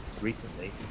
recently